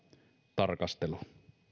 tarkastelu